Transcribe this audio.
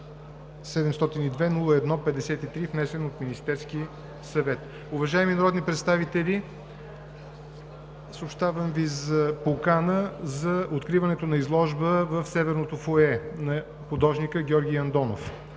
702-01-53, внесен от Министерския съвет. Уважаеми народни представители, съобщавам Ви за покана за откриването на изложба в Северното фоайе на художника Георги Андонов.